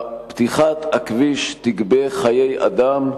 פתיחת הכביש תגבה חיי אדם,